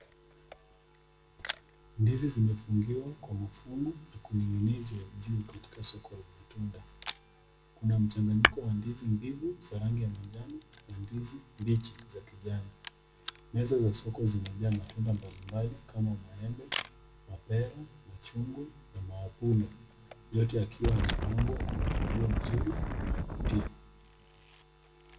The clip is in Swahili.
Ndizi zimefungiwa Kwa mafungu na kuning'inizwa juu katika Soko la matunda. Kuna mchanganyiko wa ndizi mbivu za rangi ya manjano na ndizi mbichi za kijani. Meza ya soko zimejaa matunda mbalimbali kama Maembe, Mapera, Machugwa, na Mavuno. Yote yakiwa yamepangwa Kwa mpangilio mazuri Na wa kuvutia.